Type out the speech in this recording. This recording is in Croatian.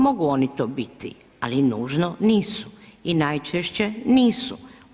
Mogu oni to biti ali nužno nisu i najčešće nisu.